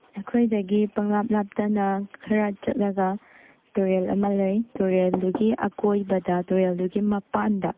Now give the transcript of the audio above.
ꯑꯩꯈꯣꯏꯗꯒꯤ ꯄꯪꯂꯥꯞ ꯂꯥꯞꯇꯅ ꯈꯔ ꯆꯠꯂꯒ ꯇꯨꯔꯦꯜ ꯑꯃ ꯂꯩ ꯇꯨꯔꯦꯜꯗꯨꯒꯤ ꯑꯀꯣꯏꯕꯗ ꯇꯨꯔꯦꯜꯗꯨꯒꯤ ꯃꯄꯥꯟꯗ